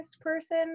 person